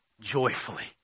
joyfully